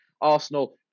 Arsenal